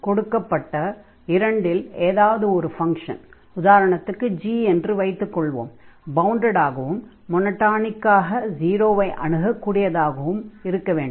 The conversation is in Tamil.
கொடுக்கப்பட்டுள்ள இரண்டில் ஏதாவது ஒரு ஃபங்ஷன் உதாரணத்துக்கு g என்று வைத்துக்கொள்வோம் பவுண்டட் ஆகவும் மொனொடானிக்காக 0 ஐ அணுக கூடியதாகவும் இருக்க வேண்டும்